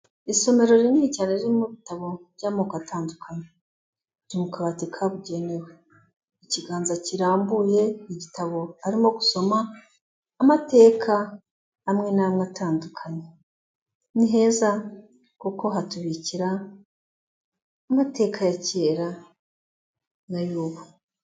Isomero rinini cyane ririmo ibitabo by'amoko atandukanye mu kabati kabugenewe. Ikiganza kirambuye, igitabo arimo gusoma amateka amwe n'amwe atandukanye. Ni heza kuko hatubikira amateka ya kera n'ay'ubu.